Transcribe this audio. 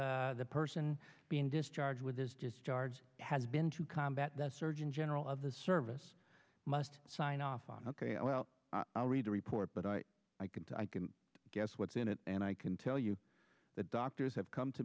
if the person being discharged with this just charge has been to combat the surgeon general of the service must sign off on ok well i read the report but i can to i can guess what's in it and i can tell you that doctors have come to